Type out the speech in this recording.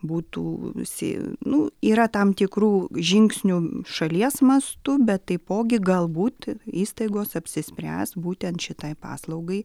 būtų visi nu yra tam tikrų žingsnių šalies mastu bet taipogi galbūt įstaigos apsispręs būtent šitai paslaugai